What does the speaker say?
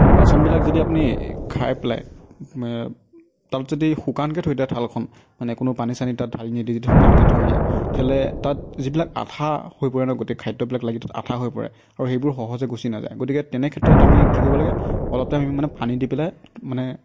বাচনবিলাক যদি আপুনি এই খাই পেলাই তাক যদি শুকানকৈ থৈ দিয়া থালখন মানে কোনো পানী চানী তাত ঢালি নিদি যদি শুকানকৈ থৈ দিয়ে তেতিয়াহ'লে তাত যিবিলাক আঠা হৈ পৰে ন গোটেই খাদ্যবিলাক লাগি আঠা হৈ পৰে আৰু সেইবোৰ সহজে গুচি নাযায় গতিকে তেনেক্ষেত্ৰত আমি কি কৰিব লাগে অলপ টাইম আমি মানে পানী দি পেলাই মানে